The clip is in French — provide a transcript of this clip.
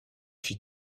fit